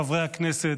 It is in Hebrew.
חברי הכנסת,